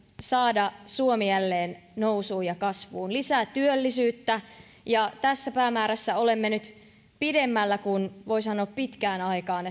saada suomi jälleen nousuun ja kasvuun lisää työllisyyttä ja tässä päämäärässä olemme nyt pidemmällä kuin voi sanoa pitkään aikaan